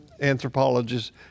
anthropologists